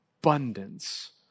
abundance